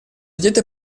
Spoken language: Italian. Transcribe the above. dieta